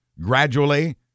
gradually